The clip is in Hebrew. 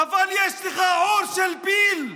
אבל יש לך עור של פיל.